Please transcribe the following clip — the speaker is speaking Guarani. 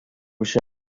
che